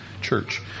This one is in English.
church